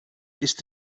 ist